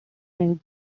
end